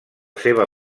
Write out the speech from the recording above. seva